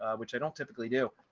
ah which i don't typically do,